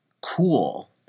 cool